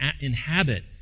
inhabit